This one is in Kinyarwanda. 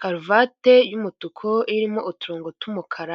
karuvati y'umutuku irimo uturongo tw'umukara.